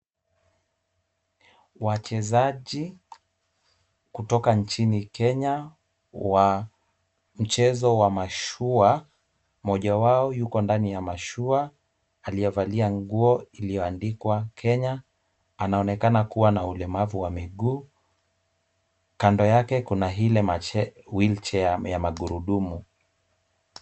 Wachezaji kutoka nchini Kenya wa mchezo wa mashua. Mmoja wao yuko ndani ya mashua. Aliyevalia nguo iliyoandikwa Kenya anaonekana kuwa na ulemavu wa miguu. Kando yake kuna ile wheelchair ya magurudumu.